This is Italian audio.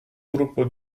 gruppo